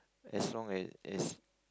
as long as as